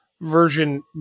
version